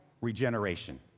regeneration